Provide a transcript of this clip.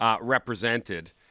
represented